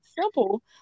simple